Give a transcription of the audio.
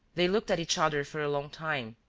they looked at each other for a long time,